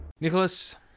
Nicholas